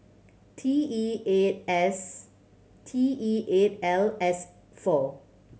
T E eight S T E eight L S four